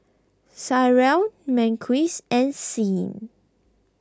Tyrell Marquise and Sean